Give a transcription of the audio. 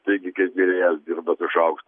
taigi kaip virėjas dirba su šaukštu